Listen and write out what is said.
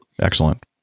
Excellent